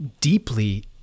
deeply